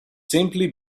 simply